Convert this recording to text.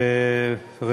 תודה רבה,